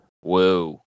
Whoa